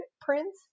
prince